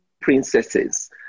princesses